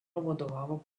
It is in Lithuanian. vadovavo